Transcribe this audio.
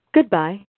Goodbye